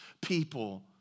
people